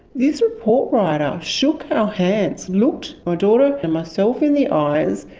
this report writer shook our hands, looked my daughter and myself in the eyes,